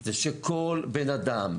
זה שכל בן אדם,